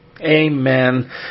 Amen